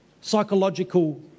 Psychological